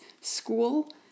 school